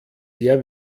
sehr